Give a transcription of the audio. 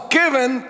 given